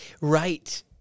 Right